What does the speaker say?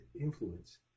influence